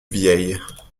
vieilles